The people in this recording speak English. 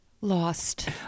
Lost